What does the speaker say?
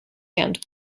hand